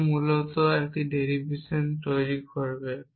সে মূলত একটি ডেরিভেশন তৈরি করবে